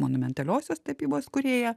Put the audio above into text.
monumentaliosios tapybos kūrėją